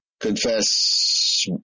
Confess